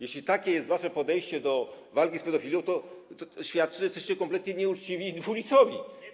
Jeśli takie jest wasze podejście do walki z pedofilią, świadczy to, że jesteście kompletnie nieuczciwi i dwulicowi.